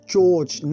George